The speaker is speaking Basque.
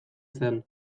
zen